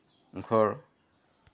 ঘৰ